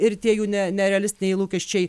ir tie jų ne nerealistiniai lūkesčiai